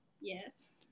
Yes